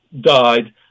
died